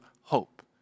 hope